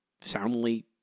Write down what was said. soundly